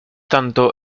tanto